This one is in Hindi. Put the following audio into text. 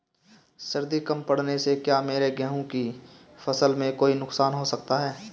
सर्दी कम पड़ने से क्या मेरे गेहूँ की फसल में कोई नुकसान हो सकता है?